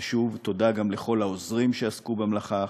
ושוב, תודה גם לכל העוזרים שעסקו במלאכה.